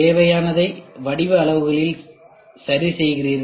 தேவையானதை வடிவ அளவுகளை சரிசெய்கிறீர்கள்